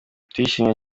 turishimye